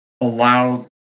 allow